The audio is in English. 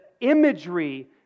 imagery